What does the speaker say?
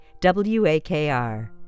WAKR